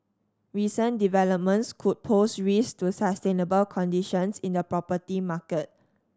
recent developments could pose risk to sustainable conditions in the property market